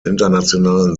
internationalen